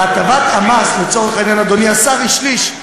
והטבת המס, לצורך העניין, אדוני השר, היא שליש.